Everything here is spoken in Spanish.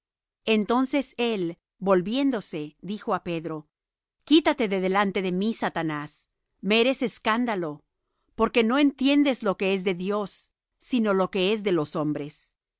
entonces él volviéndose dijo á pedro quítate de delante de mí satanás me eres escándalo porque no entiendes lo que es de dios sino lo que es de los hombres